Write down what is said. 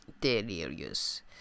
delirious